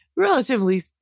Relatively